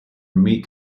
meat